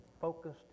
focused